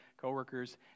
coworkers